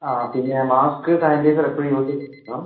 അ പിന്നെ mask sanitizer എപ്പഴും use ചെയ്തുകൊണ്ടിരിക്കണം